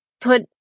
put